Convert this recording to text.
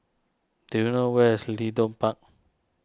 do you know where is Leedon Park